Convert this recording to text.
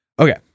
Okay